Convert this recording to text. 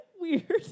Weird